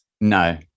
no